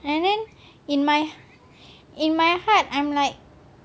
and then in my in my heart I'm like